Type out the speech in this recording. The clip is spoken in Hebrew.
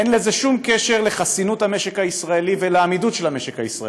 אין לזה שום קשר לחסינות המשק הישראלי ולעמידות של המשק הישראלי.